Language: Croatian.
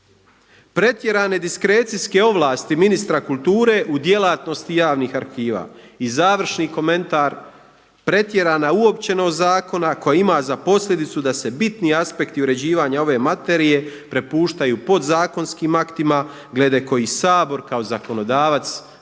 Pretjerane diskrecijske ovlasti ministra kulture u djelatnosti javnih arhiva. I završni komentar, pretjerana uopćenost zakona koja ima za posljedicu da se bitni aspekti uređivanja ove materije prepuštaju podzakonskim aktima glede kojih Sabor kao zakonodavac nema